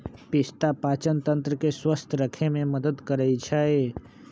पिस्ता पाचनतंत्र के स्वस्थ रखे में मदद करई छई